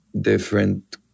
different